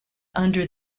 under